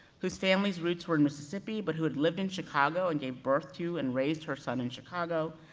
whose family's roots were in mississippi, but who had lived in chicago, and gave birth to and raised her son in chicago,